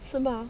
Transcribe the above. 是吗